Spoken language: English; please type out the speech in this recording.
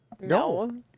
no